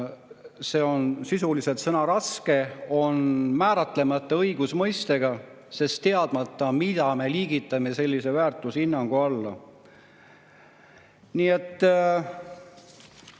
Sisuliselt sõna "raske" on määratlemata õigusmõiste, sest on teadmata, mida me liigitame sellise väärtushinnangu alla. Nii et